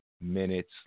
Minutes